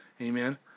Amen